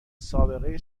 سابقه